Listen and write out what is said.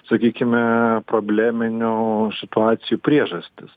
sakykime probleminių situacijų priežastys